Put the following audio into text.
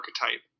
archetype